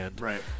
Right